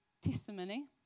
testimony